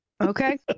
Okay